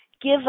give